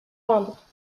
peindre